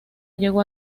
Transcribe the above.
llegó